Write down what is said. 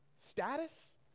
Status